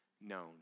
known